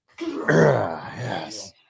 Yes